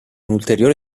ulteriore